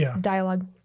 dialogue